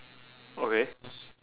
okay